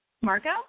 Marco